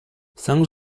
cinq